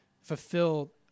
fulfill